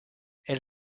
elle